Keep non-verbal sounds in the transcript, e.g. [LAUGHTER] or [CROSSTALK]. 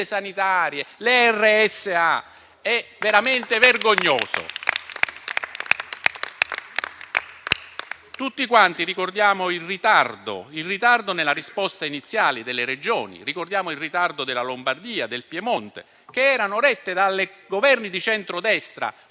sanitarie, le RSA. È veramente vergognoso. [APPLAUSE] Tutti ricordiamo il ritardo nella risposta iniziale delle Regioni. Ricordiamo il ritardo della Lombardia e del Piemonte, che erano rette da Governi di centrodestra.